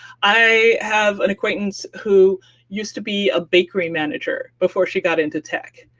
i have an acquaintance who used to be a bakery manager before she got into tech.